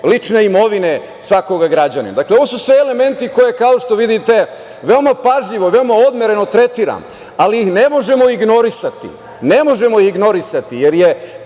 lične imovine svakoga građanina. Ovo su sve elementi koji, kao što vidite veoma pažljivo, veoma odmereno tretiram, ali ih ne možemo ignorisati, jer je